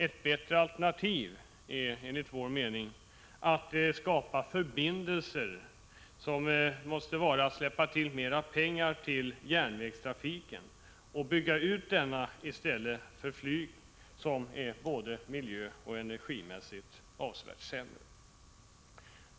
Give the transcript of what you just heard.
Ett bättre alternativ att skapa snabba förbindelser måste vara att släppa till mer pengar till järnvägstrafiken och bygga ut denna i stället för flygtrafiken som är både miljöoch energimässigt avsevärt sämre.